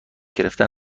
گرفتن